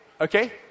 Okay